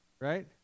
right